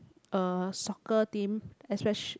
uh soccer team especial~